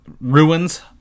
ruins